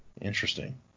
interesting